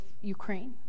Ukraine